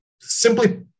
simply